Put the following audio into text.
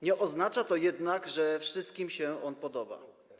Nie oznacza to jednak, że wszystkim się to podoba.